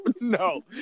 no